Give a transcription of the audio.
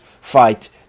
fight